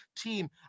team